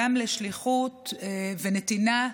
גם בשליחות ובנתינה,